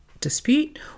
dispute